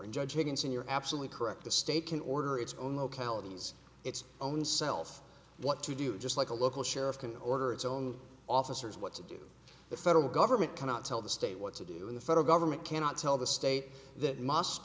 begins and you're absolutely correct the state can order its own localities its own self what to do just like a local sheriff can order its own officers what to do the federal government cannot tell the state what to do when the federal government cannot tell the state that must